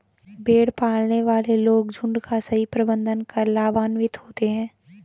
भेड़ पालने वाले लोग झुंड का सही प्रबंधन कर लाभान्वित होते हैं